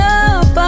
up